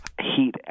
heat